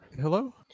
Hello